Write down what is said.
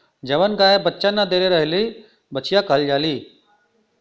जवन गाय बच्चा न देले रहेली बछिया कहल जाली